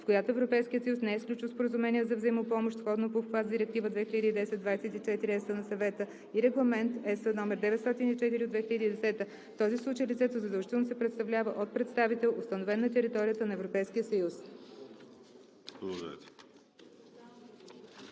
с която Европейският съюз не е сключил споразумение за взаимопомощ, сходно по обхват с Директива 2010/24/ЕС на Съвета и Регламент (ЕС) № 904/2010; в този случай лицето задължително се представлява от представител, установен на територията на Европейския съюз.“